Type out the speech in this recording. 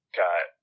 got